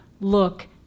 look